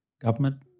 government